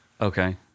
Okay